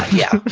yeah.